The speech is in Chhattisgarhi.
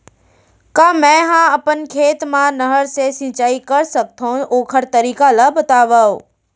का मै ह अपन खेत मा नहर से सिंचाई कर सकथो, ओखर तरीका ला बतावव?